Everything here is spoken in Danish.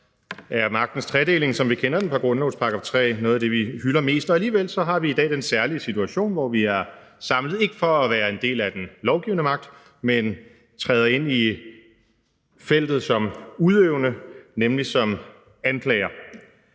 er magtens tredeling, som vi kender den fra grundlovens § 3, noget af det, vi hylder mest. Og alligevel har vi i dag den særlige situation, hvor vi ikke er samlet for at være en del af den lovgivende magt, men træder ind i feltet som udøvende, nemlig som anklager.